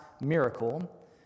miracle